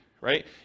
right